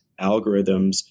algorithms